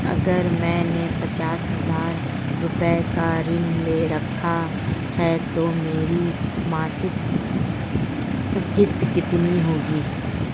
अगर मैंने पचास हज़ार रूपये का ऋण ले रखा है तो मेरी मासिक किश्त कितनी होगी?